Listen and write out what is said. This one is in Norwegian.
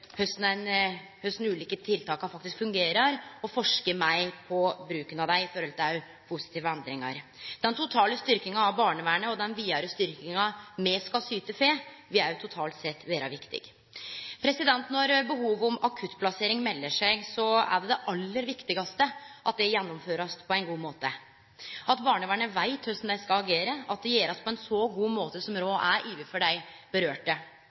ulike tiltaka faktisk fungerer, og forske meir på bruken av dei i forhold til positive endringar. Den totale styrkinga av barnevernet og den vidare styrkinga me skal syte for, vil totalt sett vere viktig. Når behovet for akuttplassering melder seg, er det aller viktigaste at det blir gjennomført på ein god måte, at barnevernet veit korleis dei skal agere, og at det blir gjort på ein så god måte som råd er overfor dei